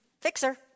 fixer